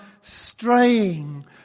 straying